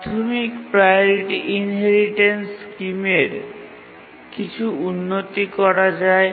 প্রাথমিক priority inheritance স্কিমের কিছু উন্নতি করা যায়